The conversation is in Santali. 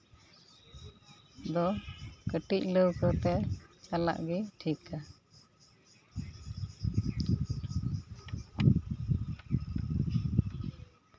ᱫᱚ ᱠᱟᱹᱴᱤᱡ ᱞᱟᱹᱣᱠᱟᱹ ᱛᱮ ᱪᱟᱞᱟᱜ ᱜᱮ ᱴᱷᱤᱠᱟ